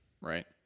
Right